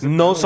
no